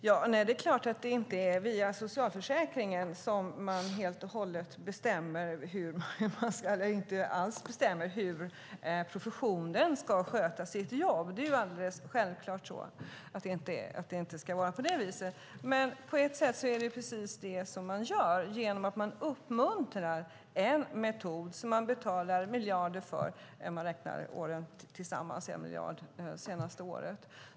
Herr talman! Det är klart att det inte är via socialförsäkringen som man helt och hållet bestämmer - eller inte alls bestämmer - hur professionen ska sköta sitt jobb. Det är självklart att det inte ska vara på det viset. Men på ett sätt är det precis det man gör, genom att man uppmuntrar en viss metod, som man betalar miljarder för, när man räknar ihop de senaste åren.